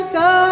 go